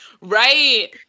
Right